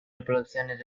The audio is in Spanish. reproducciones